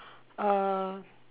uh